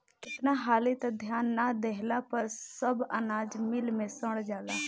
केतना हाली त ध्यान ना देहला पर सब अनाज मिल मे सड़ जाला